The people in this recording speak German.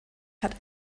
hat